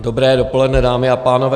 Dobré dopoledne, dámy a pánové.